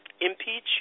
impeach